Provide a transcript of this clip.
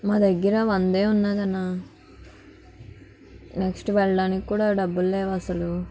మా దగ్గర వందే ఉన్నదన నెక్స్ట్ వెళ్ళడానికి కూడా డబ్బులు లేవు అసలు